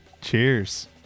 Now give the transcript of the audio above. Cheers